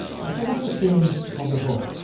and so that's the theme of the book.